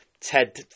Ted